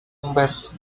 humberto